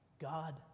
God